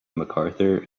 mcarthur